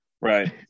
Right